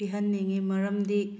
ꯄꯤꯍꯟꯅꯤꯡꯉꯤ ꯃꯔꯝꯗꯤ